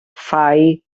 thai